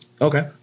Okay